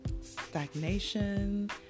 stagnation